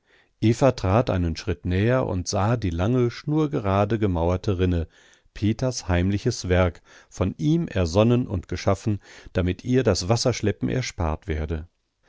trat einen schritt näher und sah die lange schnurgerade gemauerte rinne peters heimliches werk von ihm ersonnen und geschaffen damit ihr das wasserschleppen erspart werde